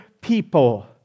people